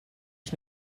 ich